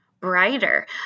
brighter